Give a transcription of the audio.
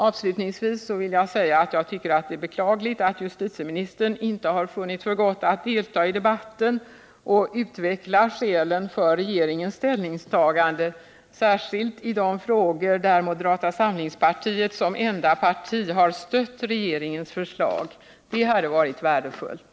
Avslutningsvis vill jag säga att jag tycker att det är beklagligt, att justitieministern inte funnit för gott att delta i debatten och utveckla skälen för regeringens ställningstagande, särskilt i de frågor där moderata samlingspartiet som enda parti har stött regeringens förslag. Det hade varit värdefullt.